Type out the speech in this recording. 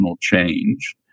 change